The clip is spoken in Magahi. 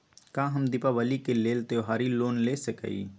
का हम दीपावली के लेल त्योहारी लोन ले सकई?